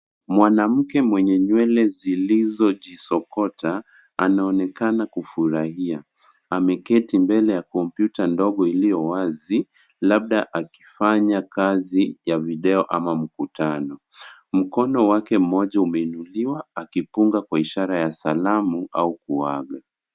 Mwanamke mwenye nywele zilizojisokota anaonekana kufurahia. Ameketi mbele ya kompyuta ndogo iliyo wazi, labda akifanya kazi ya video ama mkutano. Mkono wake mmoja umeinuliwa akipunga kwa ishara ya salamu kuaga.